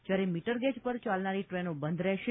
જ્યારે મીટરગેજ પર ચાલનારી ટ્રેનો બંધ રહેશે